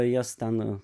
jas ten